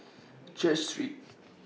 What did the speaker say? Church Street